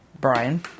brian